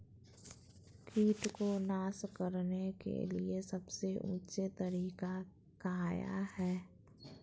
किट को नास करने के लिए सबसे ऊंचे तरीका काया है?